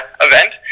event